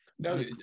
No